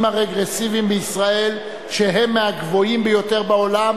הרגרסיביים בישראל הם מהגבוהים ביותר בעולם,